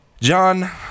John